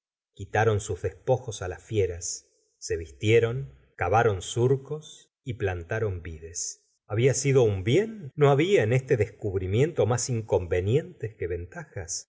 quitaron sus despojos las fieras se vistieron cavaron surcos y plantaron vides había sido un bien no habla en este descubrimiento más inconvenientes que ventajas